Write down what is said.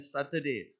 Saturday